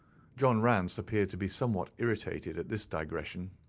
john rance appeared to be somewhat irritated at this digression.